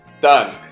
Done